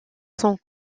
sont